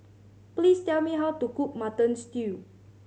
please tell me how to cook Mutton Stew